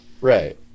Right